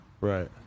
Right